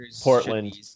Portland